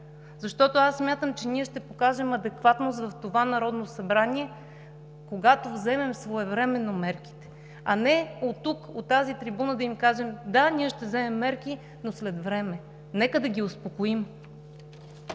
Защото аз смятам, че ние ще покажем адекватност в Народното събрание, когато вземем своевременно мерките, а не оттук, от трибуната, да им кажем: да, ние ще вземем мерки, но след време. Нека да ги успокоим!